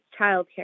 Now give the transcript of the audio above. childcare